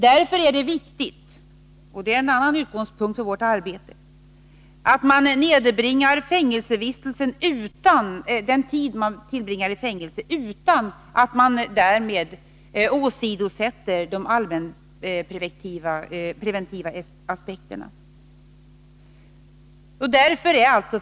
Därför är det viktigt — och det är en annan utgångspunkt för vårt arbete — att man nedbringar tiden för fängelsevistelsen utan att därmed åsidosätta de allmänpreventiva aspekterna.